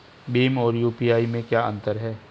भीम और यू.पी.आई में क्या अंतर है?